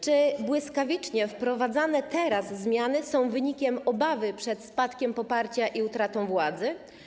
Czy błyskawicznie wprowadzane teraz zmiany są wynikiem obawy przed spadkiem poparcia i utratą władzy?